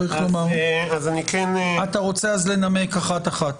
אתה רוצה לנמק אחת אחת.